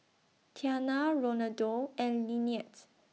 Tiana Ronaldo and Linette